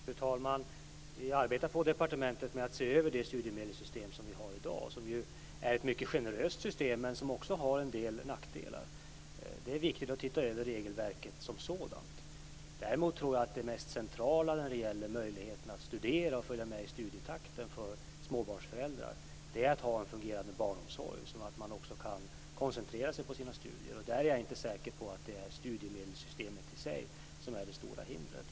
Fru talman! Vi arbetar på departementet med att se över det studiemedelssystem vi har i dag, som ju är ett mycket generöst system men som också har en del nackdelar. Det är viktigt att titta över regelverket som sådant. Däremot tror jag att det mest centrala när det gäller möjligheterna för småbarnsföräldrar att studera och följa med i studietakten är att ha en fungerande barnomsorg så att man kan koncentrera sig på sina studier. Jag är inte säker på att det är studiemedelssystemet i sig som är det stora hindret.